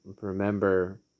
remember